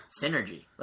Synergy